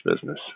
business